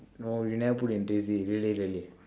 no you never put in really really